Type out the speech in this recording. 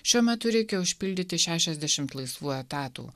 šiuo metu reikia užpildyti šešiasdešimt laisvų etatų